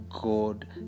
God